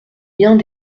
biens